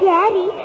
Daddy